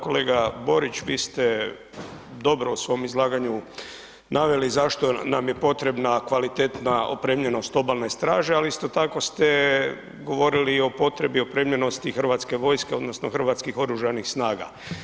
Kolega Borić, vi ste dobro u svom izlaganju zašto nam je potrebna kvalitetna opremljenost Obalne straže ali isto tako ste govorili o potrebi opremljenosti hrvatske vojske odnosno hrvatskih Oružanih snaga.